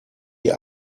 die